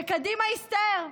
וקדימה, הסתער.